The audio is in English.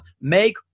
make-